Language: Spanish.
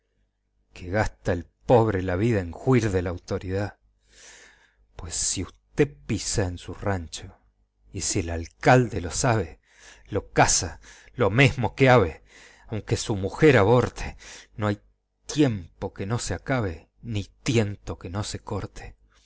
que gasta el pobre la vida en juir de la autoridá pues si usté pisa en su rancho y si el alcalde lo sabe lo caza lo mesmo que ave aunque su mujer aborte no hay tiempo que no se acabe ni tiento que no se corte